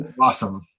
awesome